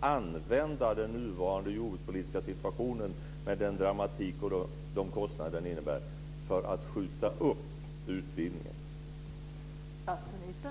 använda den nuvarande jordbrukspolitiska situationen med den dramatik och de kostnader de innebär för att skjuta upp utvidgningen? De länderna kanske inte alla är så positiva till utvidgningen som samtliga partier i Sveriges riksdag är.